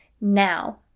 Now